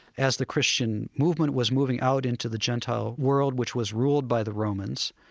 as the christian movement was moving out into the gentile world which was ruled by the romans,